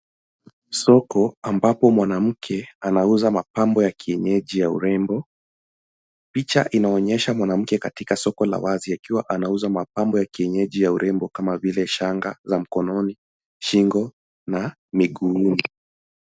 Soko ambapo mwanamke anauza mapambo ya kienyeji ya urembo. Picha inaonyesha mwanamke katika soko la wazi akiwa anauza mapambo ya kienyeji ya urembo kama vile shanga za mkononi, shingo, na miguuni.